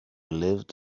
lived